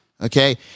Okay